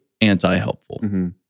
anti-helpful